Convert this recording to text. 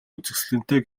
үзэсгэлэнтэй